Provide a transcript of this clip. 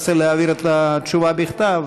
תרצה להעביר את התשובה בכתב,